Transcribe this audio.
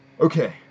Okay